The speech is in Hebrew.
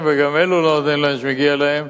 וגם אלו לא נותנים להם את מה שמגיע להם,